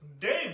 Dave